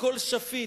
הכול שפיט.